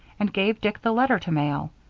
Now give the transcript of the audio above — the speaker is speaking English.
and gave dick the letter to mail.